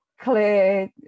clear